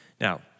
Now